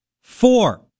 Four